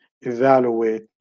evaluate